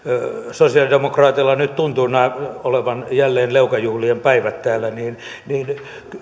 sosialidemokraateilla nyt tuntuvat olevan jälleen leukajuhlien päivät täällä niin niin